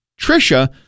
Trisha